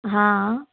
हाँ